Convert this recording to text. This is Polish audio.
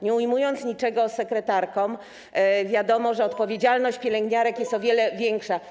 Nie ujmuję niczego sekretarkom, ale wiadomo, że odpowiedzialność pielęgniarek jest o wiele większa.